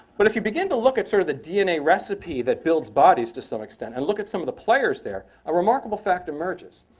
but if you begin to look at sort of the dna recipe that builds bodies to some extent and look at some of the players there, a remarkable fact emerges.